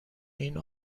این